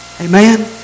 Amen